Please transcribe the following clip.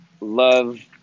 love